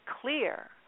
clear